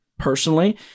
personally